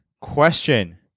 Question